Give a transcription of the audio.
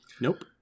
Nope